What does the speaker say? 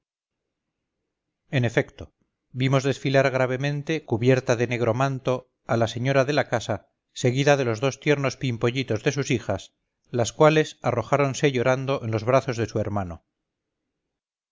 en efecto vimos desfilar gravemente cubierta de negro manto a la señora de la casa seguida de los dos tiernos pimpollitos de sus hijas las cuales arrojáronse llorando en los brazos de su hermano